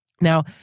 Now